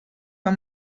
bei